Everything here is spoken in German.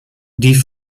die